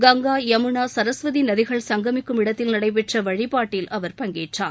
கங்கா யமுனா சரஸ்வதி நதிகள் சங்கமிக்கும் இடத்தில் நடைபெற்ற வழிபாட்டில் அவர் பங்கேற்றார்